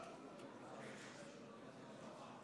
גילה גמליאל, בת עליזה גלאם,